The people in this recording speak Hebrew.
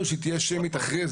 שתהיה שמית.